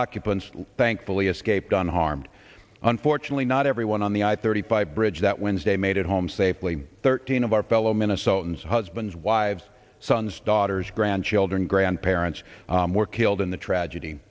occupants thankfully escaped unharmed unfortunately not everyone on the i thirty five bridge that wednesday made it home safely thirteen of our fellow minnesotans husbands wives sons daughters grandchildren grandparents were killed in the tragedy